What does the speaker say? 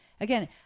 again